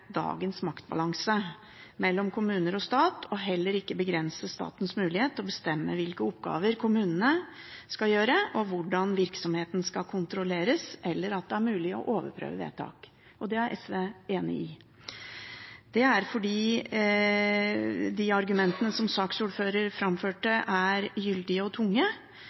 dagens maktbalanse mellom kommuner og stat, og heller ikke å begrense statens mulighet til å bestemme hvilke oppgaver kommunene skal ha, hvordan virksomheten skal kontrolleres, og at det er mulig å overprøve vedtak. Det er SV enig i. Det er fordi de argumentene som saksordføreren framførte, er gyldige og tunge,